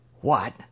What